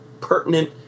pertinent